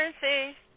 currency